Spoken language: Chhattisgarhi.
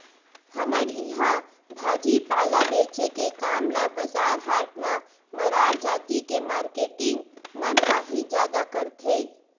हमर इहाँ भाजी पाला बेंचे के काम ल बजार हाट म मरार जाति के मारकेटिंग मन ह ही जादा करथे